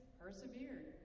persevered